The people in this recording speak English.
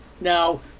Now